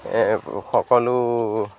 সকলো